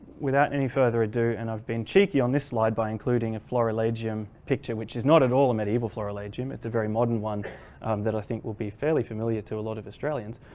without any further ado and i've been cheeky on this slide by including a florilegium picture which is not at all a medieval florilegium. it's a very modern one that i think will be fairly familiar to a lot of australians.